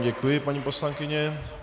Děkuji vám, paní poslankyně.